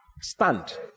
Stand